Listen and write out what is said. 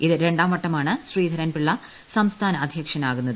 ഇത് രണ്ടാംവട്ടമാണ് ശ്രീധരൻപിള്ള സംസ്ഥാന അധ്യക്ഷനാകുന്നത്